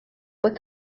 with